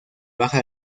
baja